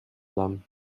blum